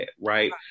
right